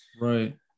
Right